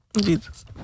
Jesus